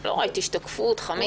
לא ראיתי שתקפו אותך, מיקי.